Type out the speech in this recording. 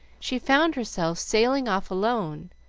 she found herself sailing off alone,